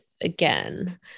again